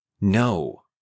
No